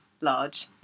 large